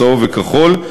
צהוב וכחול,